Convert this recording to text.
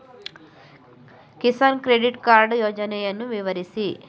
Kisan credit card ಯೋಜನೆಯನ್ನು ವಿವರಿಸಿ?